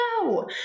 No